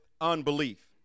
unbelief